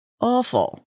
awful